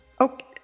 okay